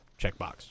Checkbox